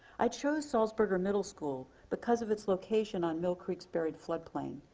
i chose salzburger middle school because of its location on mill creek's buried flood plain,